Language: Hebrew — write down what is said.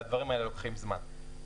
והדברים האלה לוקחים זמן.